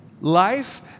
life